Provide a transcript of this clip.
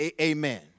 amen